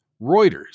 Reuters